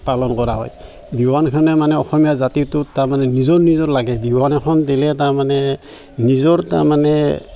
পালন কৰা হয় বিহুৱানখনে মানে অসমীয়া জাতিটোক তাৰমানে নিজৰ নিজৰ লাগে বিহুৱান এখন দিলে তাৰমানে নিজৰ তাৰমানে